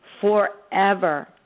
forever